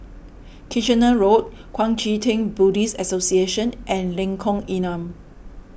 Kitchener Road Kuang Chee Tng Buddhist Association and Lengkong Enam